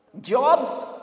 Jobs